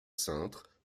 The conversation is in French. cintre